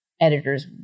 editors